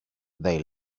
they